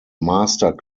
master